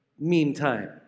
Meantime